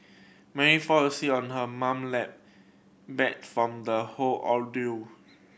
Mary fall asleep on her mum lap bat from the whole ordeal